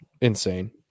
Insane